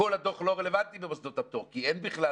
כל הדוח לא רלוונטי למוסדות הפטור כי אין בכלל